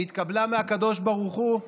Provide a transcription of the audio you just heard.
והיא התקבלה מהקדוש ברוך הוא,